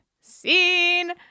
scene